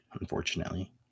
unfortunately